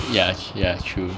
yes ya true